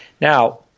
Now